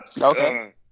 Okay